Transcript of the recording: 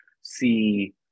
see